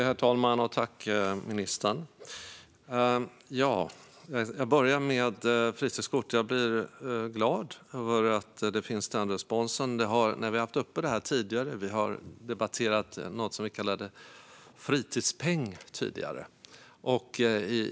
Herr talman! Jag börjar med fritidskortet. Jag blir glad över denna respons. Vi har tidigare debatterat något som vi kallade fritidspeng.